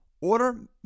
Order